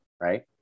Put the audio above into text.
right